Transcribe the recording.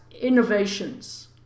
innovations